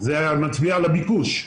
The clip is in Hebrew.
זה מצביע על הביקוש.